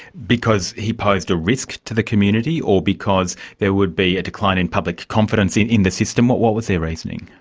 because he posed a risk to the community, or because there would be a decline in public confidence in in the system? what what was their reasoning?